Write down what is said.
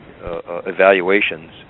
evaluations